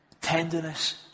tenderness